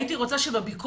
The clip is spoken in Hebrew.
הייתי רוצה שיבדקו אותם גם